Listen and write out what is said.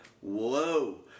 Whoa